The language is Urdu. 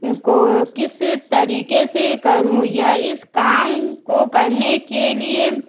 کو کس طریقے سے کروں یا اس کام کو کرنے کے لیے